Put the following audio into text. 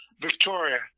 Victoria